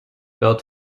built